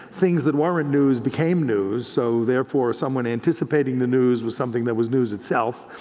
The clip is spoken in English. things that weren't news became news, so therefore someone anticipating the news was something that was news itself,